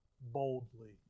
boldly